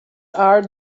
are